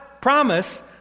promise